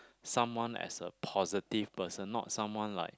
someone as a positive person not someone like